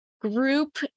group